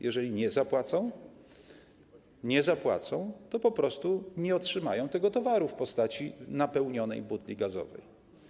Jeżeli nie zapłacą, to po prostu nie otrzymają tego towaru w postaci napełnionej butli gazowej.